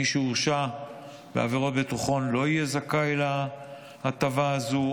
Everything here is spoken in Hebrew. מי שהורשע בעבירות ביטחון לא יהיה זכאי להטבה הזאת,